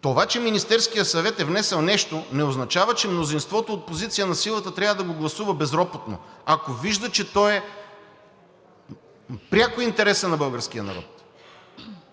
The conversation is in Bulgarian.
това, че Министерският съвет е внесъл нещо, не означава, че мнозинството от позиция на силата трябва да го гласува безропотно, ако вижда, че то е пряко интереса на българския народ.